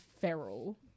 feral